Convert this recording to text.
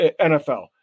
NFL